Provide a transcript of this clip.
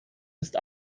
ist